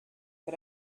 but